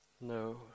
No